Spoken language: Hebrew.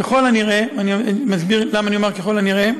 ככל הנראה, אני מסביר למה אני אומר "ככל הנראה"